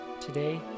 today